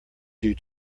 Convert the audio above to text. due